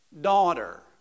daughter